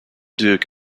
duke